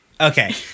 Okay